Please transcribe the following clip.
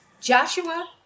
Joshua